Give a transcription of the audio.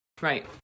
Right